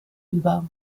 über